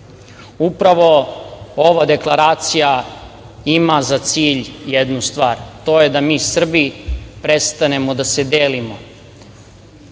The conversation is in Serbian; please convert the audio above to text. živi. Upravo ova deklaracija ima za cilj jednu stvar, to je da mi Srbi prestanemo da se delimo